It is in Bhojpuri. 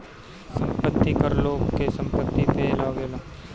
संपत्ति कर लोग के संपत्ति पअ लागेला